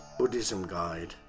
buddhismguide